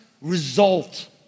result